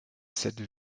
cette